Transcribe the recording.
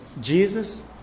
Jesus